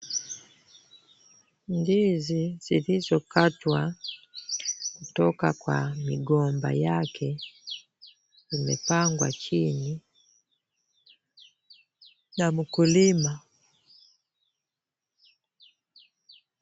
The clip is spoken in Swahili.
Ndizi zilizokatwa kutoka kwa migomba yake imepangwa chini na mkulima.